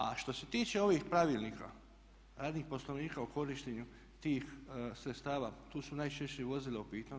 A što se tiče ovih pravilnika, raznih poslovnika o korištenju tih sredstava tu su najčešće vozila u pitanju.